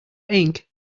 ink